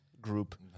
group